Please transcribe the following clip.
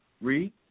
Read